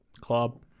club